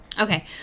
Okay